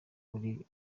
uri